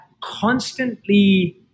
constantly